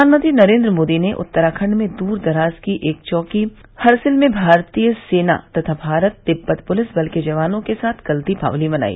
प्रधानमंत्री नरेन्द्र मोदी ने उत्तराखंड में दूर दराज की एक चौकी हरसिल में भारतीय सेना तथा भारत तिबत पुलिस बल के जवानों के साथ कल दीपावली मनाई